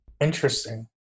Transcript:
Interesting